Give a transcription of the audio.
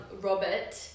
Robert